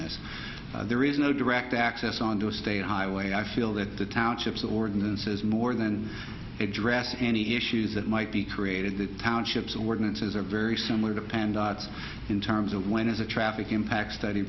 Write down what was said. this there is no direct access onto a state highway i feel that the townships ordinances more than a draft any issues that might be created the townships ordinances are very similar to panned in terms of when is a traffic impact study